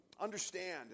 understand